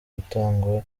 gutangwa